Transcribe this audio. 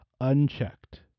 unchecked